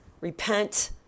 repent